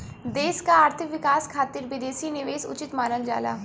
देश क आर्थिक विकास खातिर विदेशी निवेश उचित मानल जाला